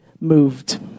moved